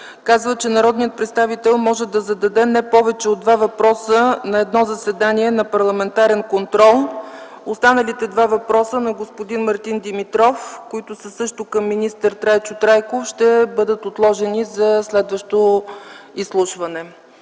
казва, че народният представител може да зададе не повече от два въпроса на едно заседание на парламентарен контрол, останалите два въпроса на господин Мартин Димитров, които са също към министър Трайчо Трайков, ще бъдат отложени за следващо изслушване.